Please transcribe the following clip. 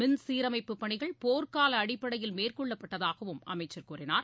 மின் சீரமைப்பு பணிகள் போர்க்கால அடிப்படையில் மேற்கொள்ளப்பட்டதாகவும் அமைச்சர் கூறினார்